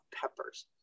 peppers